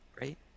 right